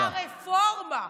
הרפורמה,